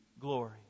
glory